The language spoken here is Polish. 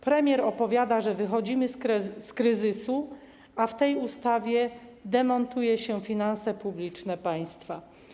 Premier opowiada, że wychodzimy z kryzysu, a w tej ustawie demontuje się finanse publiczne państwa.